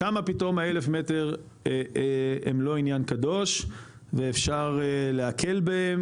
שמה פתאום ה- 1,000 מטר הם לא עניין קדוש ואפשר להקל בהם?